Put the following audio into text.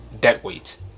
deadweight